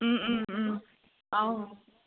অঁ